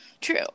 True